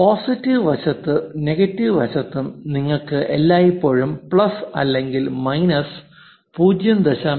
positive വശത്തും negative വശത്തും നിങ്ങൾക്ക് എല്ലായ്പ്പോഴും പ്ലസ് അല്ലെങ്കിൽ മൈനസ് 0